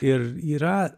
ir yra